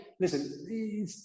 listen